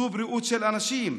זו בריאות של אנשים,